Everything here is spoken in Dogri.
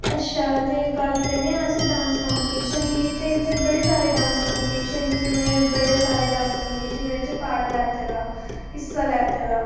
अच्छा ते गल्ल करने आं अस डांस कम्पीटिशन दी ते इत्थें बड़े सारे डांस कम्पीटिशन च में बड़े सारे कम्पीटिशन च में पार्ट लैते दा हिस्सा लैते दा